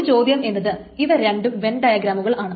ഒരു ചോദ്യം എന്നത് ഇവ രണ്ടും വെൻ ഡയഗ്രമുകളാണ്